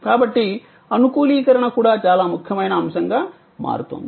కాబట్టి అనుకూలీకరణ కూడా చాలా ముఖ్యమైన అంశంగా మారుతోంది